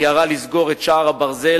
היא מיהרה לסגור את שער הברזל,